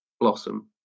blossom